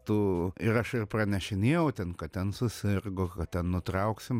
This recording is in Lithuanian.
tų ir aš ir pranešinėjau ten kad ten susirgo kad ten nutrauksim